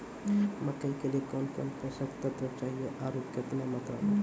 मकई के लिए कौन कौन पोसक तत्व चाहिए आरु केतना मात्रा मे?